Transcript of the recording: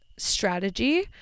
Strategy